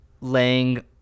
laying